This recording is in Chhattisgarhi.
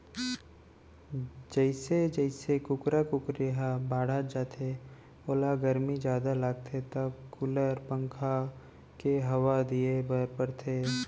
जइसे जइसे कुकरा कुकरी ह बाढ़त जाथे ओला गरमी जादा लागथे त कूलर, पंखा के हवा दिये बर परथे